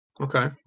Okay